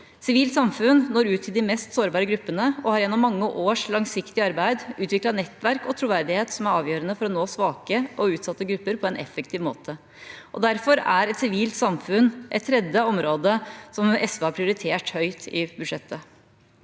Sivilt samfunn når ut til de mest sårbare gruppene og har gjennom mange års langsiktig arbeid utviklet nettverk og troverdighet som er avgjørende for å nå svake og utsatte grupper på en effektiv måte. Derfor er sivilsamfunn et tredje område som SV har prioritert høyt i budsjettet.